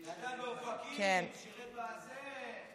גדל באופקים, שירת בזה.